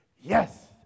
yes